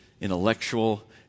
intellectual